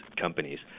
companies